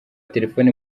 telephone